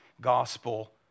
gospel